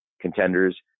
contenders